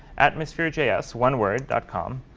atmospherejs, yeah ah so one word, dot com,